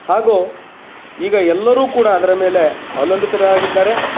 ಹಾಗೂ ಈಗ ಎಲ್ಲರೂ ಕೂಡ ಅದರ ಮೇಲೆ ಅವಲಂಬಿತರಾಗಿದ್ದಾರೆ